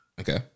okay